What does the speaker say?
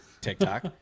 TikTok